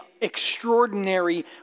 extraordinary